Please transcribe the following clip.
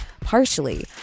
partially